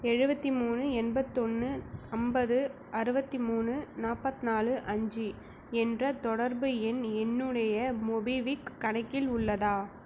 எழுபத்தி மூணு எண்பத்தொன்று ஐம்பது அறுபத்தி மூணு நாற்பத்நாலு அஞ்சு என்ற தொடர்பு எண் என்னுடைய மொபிக்விக் கணக்கில் உள்ளதா